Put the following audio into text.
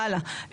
הלאה.